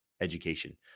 education